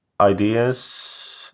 ideas